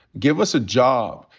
give us a job.